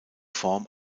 form